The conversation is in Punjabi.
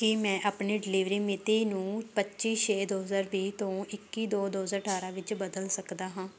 ਕੀ ਮੈਂ ਆਪਣੀ ਡਿਲੀਵਰੀ ਮਿਤੀ ਨੂੰ ਪੱਚੀ ਛੇ ਦੋ ਹਜ਼ਾਰ ਵੀਹ ਤੋਂ ਇੱਕੀ ਦੋ ਦੋ ਹਜ਼ਾਰ ਅਠਾਰ੍ਹਾਂ ਵਿੱਚ ਬਦਲ ਸਕਦਾ ਹਾਂ